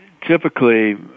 typically